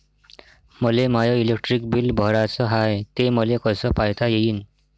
मले माय electric bill भराचं हाय, ते मले कस पायता येईन?